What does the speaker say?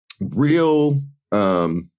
real